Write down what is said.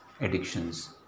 addictions